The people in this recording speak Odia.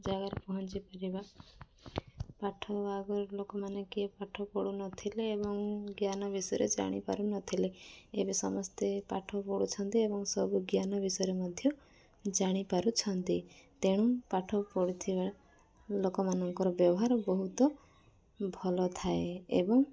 ଜାଗାରେ ପହଞ୍ଚିପାରିବା ପାଠ ଆଗରୁ ଲୋକମାନେ କିଏ ପାଠ ପଢ଼ୁନଥିଲେ ଏବଂ ଜ୍ଞାନ ବିଷୟରେ ଜାଣିପାରୁନଥିଲେ ଏବେ ସମସ୍ତେ ପାଠ ପଢ଼ୁଛନ୍ତି ଏବଂ ସବୁ ଜ୍ଞାନ ବିଷୟରେ ମଧ୍ୟ ଜାଣିପାରୁଛନ୍ତି ତେଣୁ ପାଠ ପଢ଼ୁଥିବା ଲୋକମାନଙ୍କର ବ୍ୟବହାର ବହୁତ ଭଲ ଥାଏ ଏବଂ